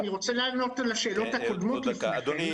אני רוצה לענות על השאלות הקודמות לפני כן,